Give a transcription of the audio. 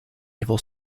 evil